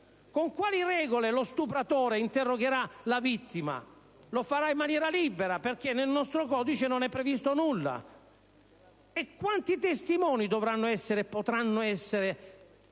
Con quali regole lo stupratore interrogherà la vittima? Lo farà in maniera libera, perché nel nostro codice non è previsto alcunché. Quanti testimoni potranno essere chiamati a deporre